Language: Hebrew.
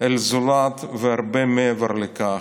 אל הזולת, והרבה מעבר לכך,